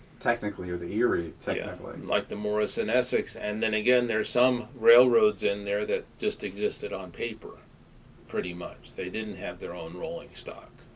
technically, or the erie, technically. pat like the morris and essex. and then again there's some railroads in there that just existed on paper pretty much they didn't have their own rolling stock,